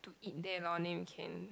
eat there lor then only